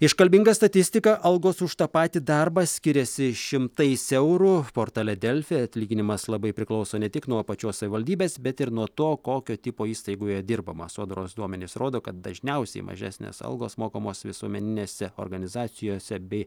iškalbinga statistika algos už tą patį darbą skiriasi šimtais eurų portale delfi atlyginimas labai priklauso ne tik nuo pačios savivaldybės bet ir nuo to kokio tipo įstaigoje dirbama sodros duomenys rodo kad dažniausiai mažesnės algos mokamos visuomeninėse organizacijose bei